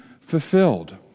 fulfilled